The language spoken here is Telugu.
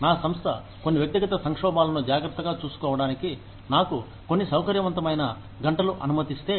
నా సంస్థ కొన్ని వ్యక్తిగత సంక్షోభాలను జాగ్రత్తగా చూసుకోవడానికి నాకు కొన్ని సౌకర్యవంతమైన గంటలు అనుమతిస్తే